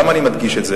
למה אני מדגיש את זה?